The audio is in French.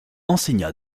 enseigna